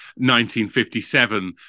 1957